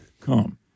come